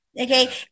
okay